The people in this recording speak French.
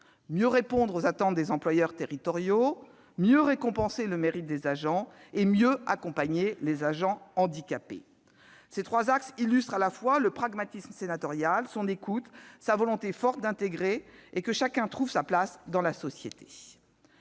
mieux répondre aux attentes des employeurs territoriaux ; mieux récompenser le mérite des agents ; mieux accompagner les agents handicapés. Ces trois axes illustrent à la fois le pragmatisme sénatorial, l'écoute de la Haute Assemblée, sa volonté forte d'intégrer et de faire en sorte que chacun trouve sa place dans la société.